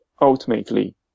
ultimately